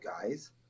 guys